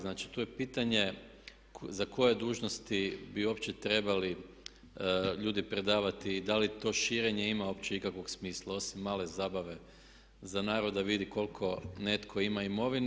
Znači tu je pitanje za koje dužnosti bi uopće trebali ljudi predavati i da li to širenje ima uopće ikakvog smisla, osim male zabave za narod da vidi koliko netko ima imovine.